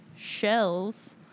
shells